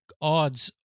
odds